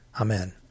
Amen